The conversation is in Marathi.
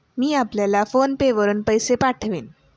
मी आपल्याला फोन पे वरुन पैसे पाठवीन